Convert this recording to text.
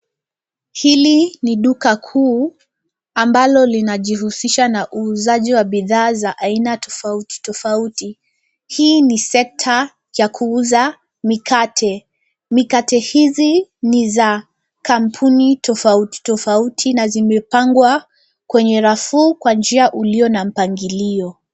Hili ni duka kuu ambalo linajihusisha na uuzaji wa bidhaa za aina tofauti tofauti. Hii ni sekta ya kuuza mikate. Mikate hizi ni za kampuni tofauti tofauti na zimepangwa kwenye rafu kwa njia ulio na mpangilio.